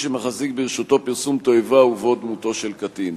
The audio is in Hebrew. שמחזיק ברשותו פרסום תועבה ובו דמותו של קטין.